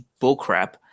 bullcrap